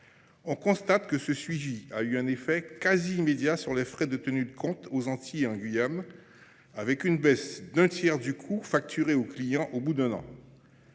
On constate que ce suivi a eu un effet quasi immédiat sur les frais de tenue de compte aux Antilles et en Guyane, avec une baisse d’un tiers du coût facturé aux clients au bout d’un an.